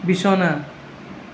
বিছনা